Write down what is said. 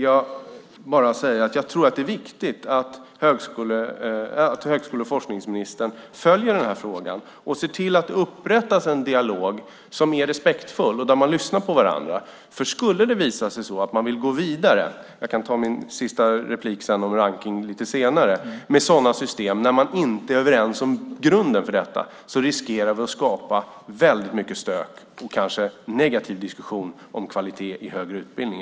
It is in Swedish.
Jag tror att det är viktigt att högskole och forskningsministern följer frågan och ser till att det upprättas en dialog som är respektfull och där man lyssnar på varandra. Skulle det visa sig att man vill gå vidare med sådana system när man inte är överens om grunden för detta riskerar vi att skapa mycket stök och kanske en negativ diskussion om kvalitet i högre utbildning.